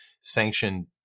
sanctioned